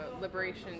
liberation